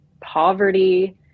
poverty